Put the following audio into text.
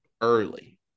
early